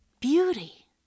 Beauty